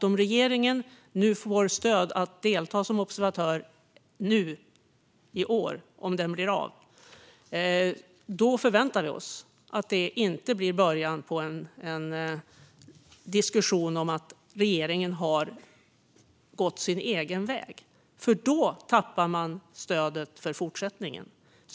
Om regeringen nu får stöd att delta som observatör i år, om konferensen blir av, förväntar vi oss att det inte blir början på en diskussion om att regeringen har gått sin egen väg. Då tappar man nämligen stödet för fortsättningen.